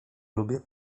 lubię